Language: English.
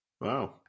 wow